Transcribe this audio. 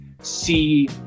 see